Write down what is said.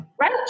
right